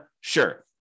Sure